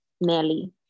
Nelly